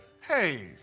Hey